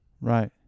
Right